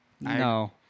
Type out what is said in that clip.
No